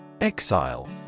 Exile